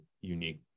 unique